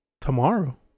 Tomorrow